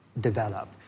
develop